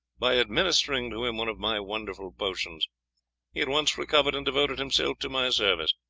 by administering to him one of my wonderful potions he at once recovered and devoted himself to my service.